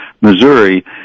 Missouri